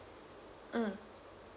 mm